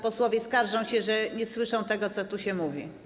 Posłowie skarżą się, że nie słyszą tego, co tu się mówi.